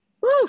Woo